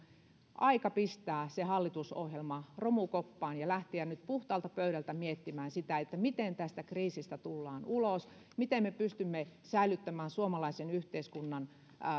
aika pistää se hallitusohjelma romukoppaan ja lähteä nyt puhtaalta pöydältä miettimään sitä miten tästä kriisistä tullaan ulos miten me pystymme säilyttämään suomalaisen yhteiskunnan